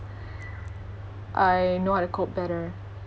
I know how to cope better